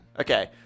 Okay